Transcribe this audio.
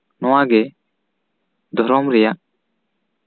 ᱱᱚᱣᱟ ᱫᱷᱚᱨᱚᱢ ᱨᱮᱭᱟᱜ